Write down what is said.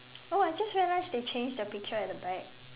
oh I just realized they changed the picture at the back